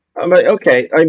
Okay